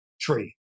tree